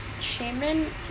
Shaman